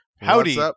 Howdy